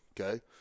okay